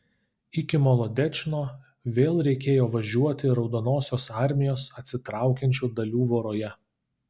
iki molodečno vėl reikėjo važiuoti raudonosios armijos atsitraukiančių dalių voroje